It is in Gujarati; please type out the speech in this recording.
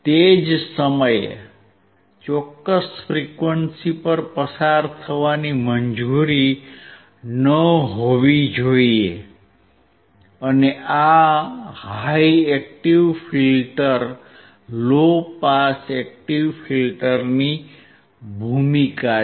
તે જ સમયે ચોક્કસ ફ્રીક્વંસી પર પસાર થવાની મંજૂરી ન હોવી જોઈએ અને આ high active filter low pass active ફિલ્ટરની ભૂમિકા છે